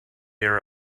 air